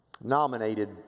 nominated